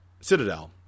Citadel